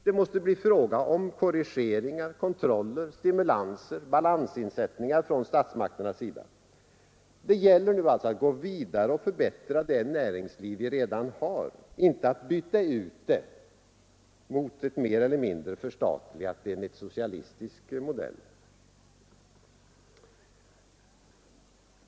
Det måste bli fråga om korrigeringar, kontroll, stimulanser och balansinsättningar från statsmakternas sida. Det gäller nu alltså att gå vidare och förbättra det näringsliv vi redan har, inte att bygga ut det mot ett mer eller mindre förstatligat enligt socialistisk modell.